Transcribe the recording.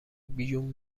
بیوم